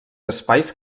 espais